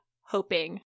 hoping